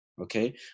okay